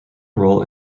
role